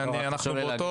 אדוני.